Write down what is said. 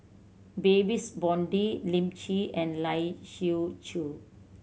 Babes Conde Lim Lee and Lai Siu Chiu